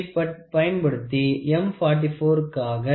இதைப் பயன்படுத்தி M 45 க்காக